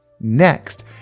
next